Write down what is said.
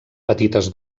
petites